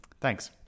thanks